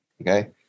okay